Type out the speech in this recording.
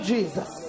Jesus